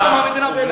ההערה הובנה.